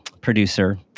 producer